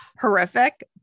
horrific